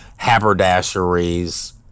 haberdasheries